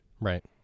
Right